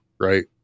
right